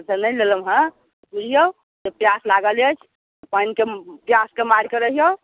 अच्छा नहि लेलहुँ हँ बुझियौ जे प्यास लागल अछि पानिके प्यासके मारिके रहियौ